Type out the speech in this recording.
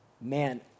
man